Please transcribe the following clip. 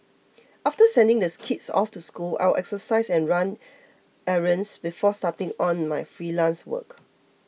after sending the kids off to school I would exercise and run errands before starting on my freelance work